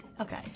Okay